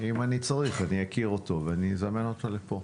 אם אני צריך, אכיר אותו ואזמן אותות לפה.